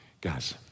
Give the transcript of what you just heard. Guys